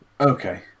Okay